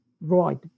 right